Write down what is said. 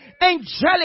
Angelic